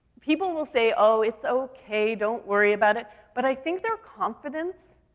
people will say, oh, it's okay, don't worry about it, but i think their confidence,